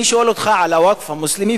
אני שואל אותך על הווקף המוסלמי,